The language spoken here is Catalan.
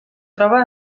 troba